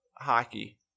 hockey